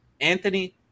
Anthony